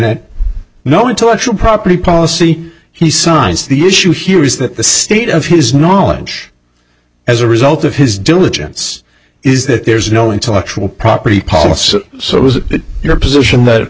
it no intellectual property policy he signs the issue here is that the state of his knowledge as a result of his diligence is that there's no intellectual property policy so was it your position that